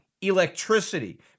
electricity